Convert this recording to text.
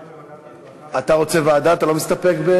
מסתפק?